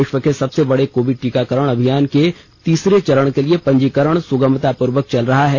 विश्व के सबसे बडे कोविड टीकाकरण अभियान के तीसरे चरण के लिए पंजीकरण सुगमतापूर्वक चल रहा है